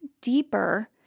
deeper